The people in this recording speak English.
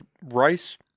rice